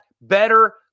Better